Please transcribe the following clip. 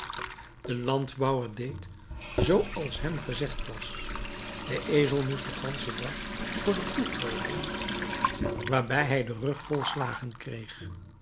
de landbouwer deed zoo als hem gezegd was de ezel moest den ganschen dag voor den ploeg loopen waarbij hij den rug vol slagen kreeg